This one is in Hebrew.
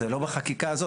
אז זה לא בחקיקה הזאת.